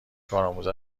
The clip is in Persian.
کارآموز